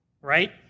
right